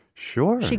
Sure